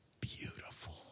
beautiful